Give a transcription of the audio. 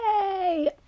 Yay